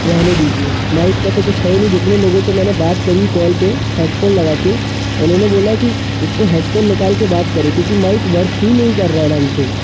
रहने दीजिए माइक का तो कुछ है नहीं जितने लोगों से मैंने बात करी कॉल पे हेडफोन लगा के उन्होंने बोला कि उसको हेडफोन निकाल के बात करो क्योंकि माइक वर्क ही नहीं कर रहा ढंग से